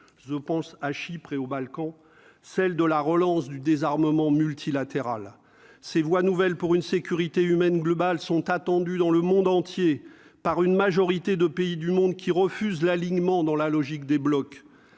je pense à Chypre et aux Balkans, celle de la relance du désarmement multilatéral ces voies nouvelles pour une sécurité humaine globale sont attendus dans le monde entier par une majorité de pays du monde, qui refuse l'alignement dans la logique des blocs